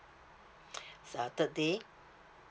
saturday